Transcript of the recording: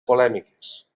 polèmiques